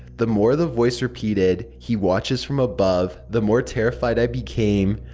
the more the voice repeated he watches from above, the more terrified i became.